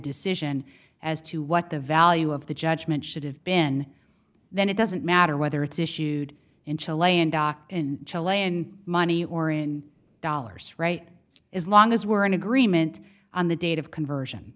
decision as to what the value of the judgment should have been then it doesn't matter whether it's issued in chile land docked in chile and money or in dollars right as long as we're in agreement on the date of conversion